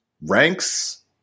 ranks